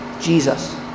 Jesus